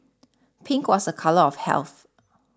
pink was a colour of health